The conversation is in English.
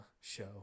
show